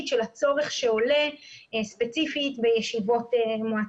של הצורך שעולה ספציפית בישיבות מועצה.